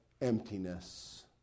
emptiness